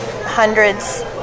hundreds